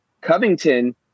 Covington